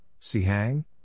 Sihang